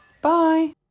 Bye